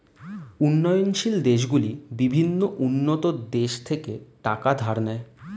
উন্নয়নশীল দেশগুলি বিভিন্ন উন্নত দেশ থেকে টাকা ধার নেয়